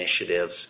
initiatives